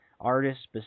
artists